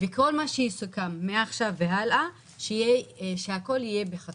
וכל מה שיסוכם מעכשיו והלאה, שהכול יהיה כתוב.